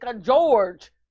George